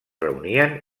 reunien